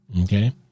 Okay